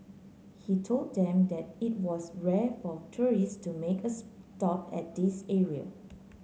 he told them that it was rare for tourists to make a stop at this area